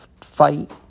fight